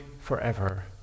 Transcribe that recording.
forever